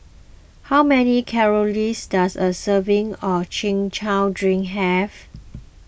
how many calories does a serving of Chin Chow Drink have